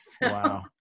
Wow